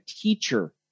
teacher